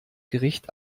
gericht